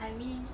I mean